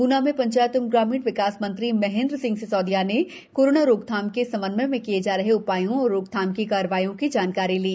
ग्ना में पंचायत एवं ग्रामीण विकास मंत्री महेन्द्र सिंह सिसौदिया ने कोरोना रोकथाम के समन्वय में किए जा रहे उपायों एवं रोकथाम की कार्यवाहियों की जानकारी ली